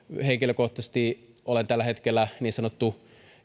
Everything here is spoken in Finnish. henkilökohtaisesti olen tällä hetkellä niin sanottu